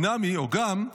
אי נמי" או גם,